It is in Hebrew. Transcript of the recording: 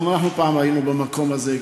גם אנחנו פעם היינו במקום הזה,